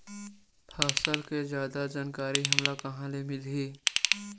फसल के जादा जानकारी हमला कहां ले मिलही?